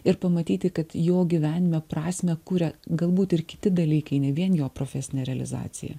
ir pamatyti kad jo gyvenime prasmę kuria galbūt ir kiti dalykai ne vien jo profesinė realizacija